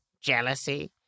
jealousy